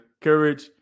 courage